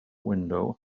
window